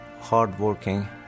hardworking